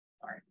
sorry